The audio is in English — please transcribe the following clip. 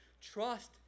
Trust